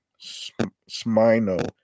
Smino